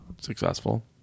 successful